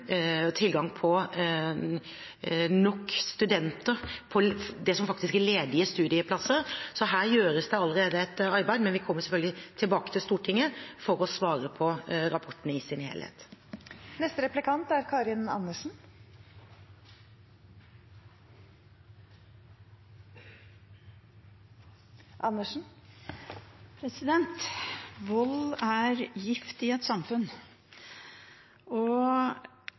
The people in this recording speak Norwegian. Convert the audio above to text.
og tilgang på nok studenter til ledige studieplasser. Så her gjøres det allerede et arbeid, men vi kommer selvfølgelig tilbake til Stortinget for å svare på rapporten i sin helhet. Vold er gift i et samfunn. Vi har fått rapporten fra Norges institusjon for menneskerettigheter, NIM, som er veldig alvorlig. Selvfølgelig kan Sametinget ha ansvar for både påvirkning og